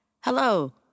Hello